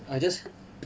I just